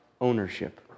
ownership